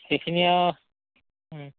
সেইখিনি আৰু